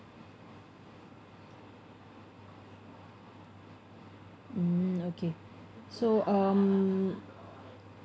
mm okay so um